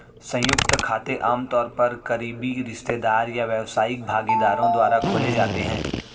संयुक्त खाते आमतौर पर करीबी रिश्तेदार या व्यावसायिक भागीदारों द्वारा खोले जाते हैं